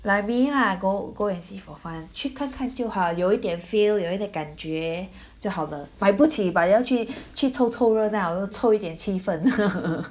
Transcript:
like me lah go go and see for fun 去看看就好有一点 feel 有一点感觉就好了买不起 but 要去 去凑凑热闹凑一点气氛